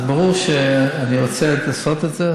אז ברור שאני רוצה לעשות את זה.